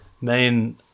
Main